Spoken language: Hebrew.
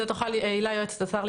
הילה יועצת השר,